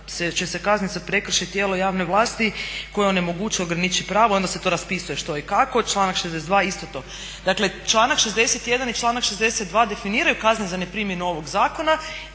će se kazniti za prekršaj tijela javne vlasti koja onemogućuje ograniči pravo onda se to raspisuje što i kako. Članak 62.isto to. Dakle, članak 61.i članak 62.definiraju kazne za neprimjenu ovog zakona